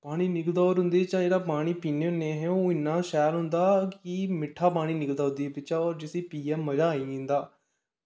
पानी निकलदा होर इंदे चा जेह्ड़ा पानी पीने होन्ने असें ओह् इन्ना शैल होंदा कि मिट्ठा पानी निकलदा ओह्दे बिच्चा होर जिसी पियै मजा आई जंदा